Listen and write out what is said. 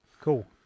Cool